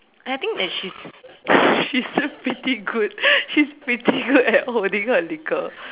I think when she she's still pretty good she's pretty good at holding her liquor